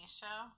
show